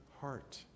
heart